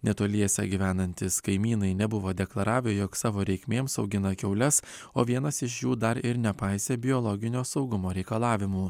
netoliese gyvenantys kaimynai nebuvo deklaravę jog savo reikmėms augina kiaules o vienas iš jų dar ir nepaisė biologinio saugumo reikalavimų